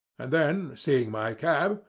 and then, seeing my cab,